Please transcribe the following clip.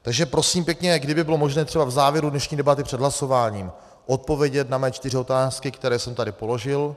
Takže prosím pěkně, kdyby bylo možné třeba v závěru dnešní debaty před hlasováním odpovědět na mé čtyři otázky, které jsem tady položil.